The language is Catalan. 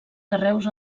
carreus